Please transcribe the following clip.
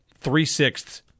three-sixths